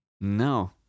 No